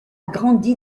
grandi